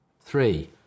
Three